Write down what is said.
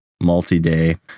multi-day